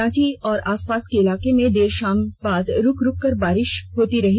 रांची और आसपास के इलाके में देर शाम बाद रुक रुक कर बारिश होती रही